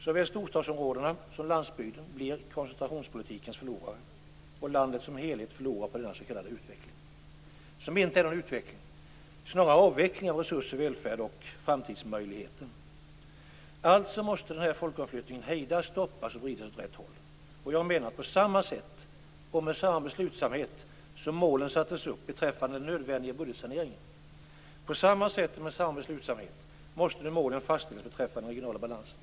Såväl storstadsområdena som landsbygden blir koncentrationspolitikens förlorare. Landet som helhet förlorar på denna s.k. utveckling, som inte är någon utveckling. Det är snarare en avveckling av resurser, välfärd och framtidsmöjligheter. Alltså måste folkomflyttningen hejdas, stoppas och vridas åt rätt håll. På samma sätt och med samma beslutsamhet som målen sattes upp beträffande den nödvändiga budgetsaneringen måste nu målen fastställas beträffande den regionala balansen.